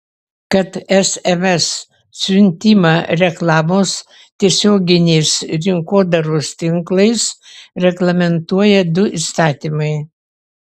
kad sms siuntimą reklamos tiesioginės rinkodaros tinklais reglamentuoja du įstatymai